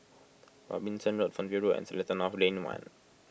Robinson Road Fernvale Road and Seletar North Lane one